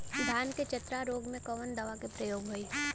धान के चतरा रोग में कवन दवा के प्रयोग होई?